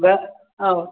ப ஆ